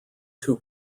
two